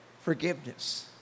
forgiveness